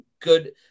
good